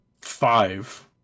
five